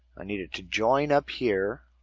i need it to join up here.